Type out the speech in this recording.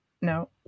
No